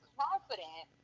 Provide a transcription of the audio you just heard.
confident